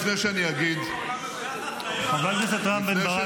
לפני שאגיד ------ פה באולם הזה --- חבר הכנסת רם בן ברק,